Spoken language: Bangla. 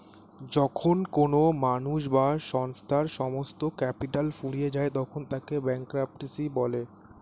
যখন কোনো মানুষ বা সংস্থার সমস্ত ক্যাপিটাল ফুরিয়ে যায় তখন তাকে ব্যাঙ্করাপ্সি বলে